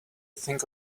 think